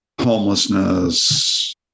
homelessness